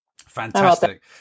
fantastic